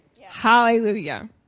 Hallelujah